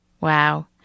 wow